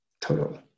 total